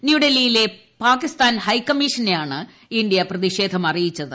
ന്യൂഡൽഹിയിലെ പാകിസ്ഥാൻ ഹൈക്കമ്മീഷനെയാണ് ഇന്ത്യ പ്രതിഷേധം അറിയിച്ചത്